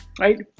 right